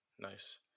Nice